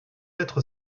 être